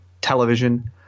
television